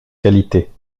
qualités